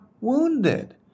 wounded